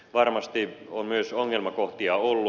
varmasti on myös ongelmakohtia ollut